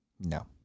No